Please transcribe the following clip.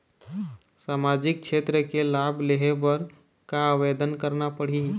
सामाजिक क्षेत्र के लाभ लेहे बर का आवेदन करना पड़ही?